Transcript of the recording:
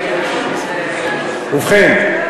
ובכן,